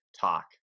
talk